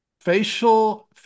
Facial